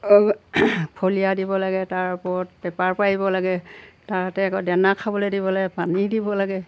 ফলিয়া দিব লাগে তাৰ ওপৰত পেপাৰ পাৰিব লাগে তাতে আকৌ দানা খাবলৈ দিব লাগে পানী দিব লাগে